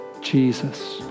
Jesus